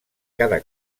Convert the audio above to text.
cada